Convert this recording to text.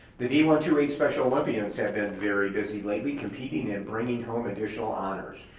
the d one two eight special olympians have been very busy lately, competing in bringing home additional honors.